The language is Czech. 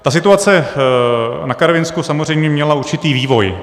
Ta situace na Karvinsku samozřejmě měla určitý vývoj.